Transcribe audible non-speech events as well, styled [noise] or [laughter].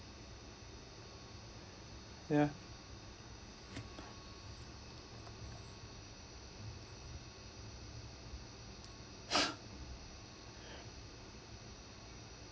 ya [noise]